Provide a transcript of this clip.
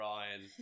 Ryan